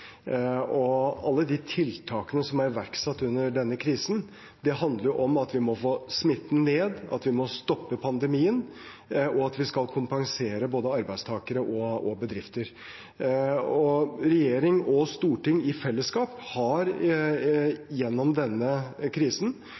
Alle de tiltakene som er iverksatt under denne krisen, handler om at vi må få smitten ned, at vi må stoppe pandemien, og at vi skal kompensere både arbeidstakere og bedrifter. Regjering og storting i fellesskap har gjennom denne krisen